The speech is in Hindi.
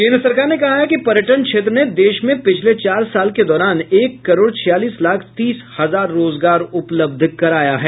केन्द्र सरकार ने कहा है कि पर्यटन क्षेत्र ने देश में पिछले चार साल के दौरान एक करोड़ छियालीस लाख तीस हजार रोजगार उपलब्ध कराये हैं